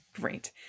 Great